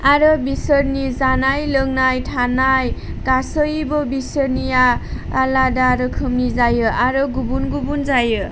आरो बिसोरनि जानाय लोंनाय थानाय गासैबो बिसोरनिया आलादा रोखोमनि जायो आरो गुबुन गुबुन जायो